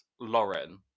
lauren